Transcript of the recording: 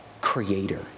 creator